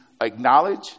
acknowledge